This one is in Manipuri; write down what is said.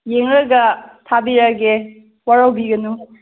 ꯌꯦꯡꯉꯒ ꯊꯕꯤꯔꯒꯦ ꯋꯥꯔꯧꯕꯤꯒꯅꯨ